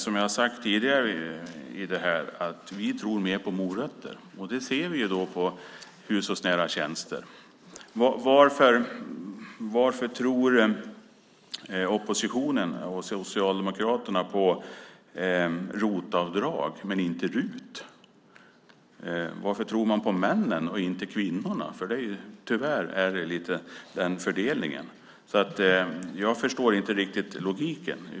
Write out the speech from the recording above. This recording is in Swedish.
Som jag har sagt tidigare tror vi mer på morötter här. Det ser vi på de hushållsnära tjänsterna. Varför tror oppositionen och Socialdemokraterna på ROT-avdrag men inte på RUT-avdrag? Varför tror man på männen och inte på kvinnorna? Tyvärr är det ju en sådan fördelning. Jag förstår inte riktigt logiken.